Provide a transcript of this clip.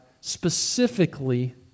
specifically